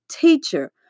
teacher